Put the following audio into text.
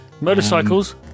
Motorcycles